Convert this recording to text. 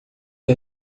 que